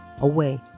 away